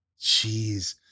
Jeez